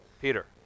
Peter